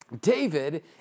David